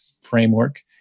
framework